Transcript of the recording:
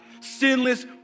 Sinless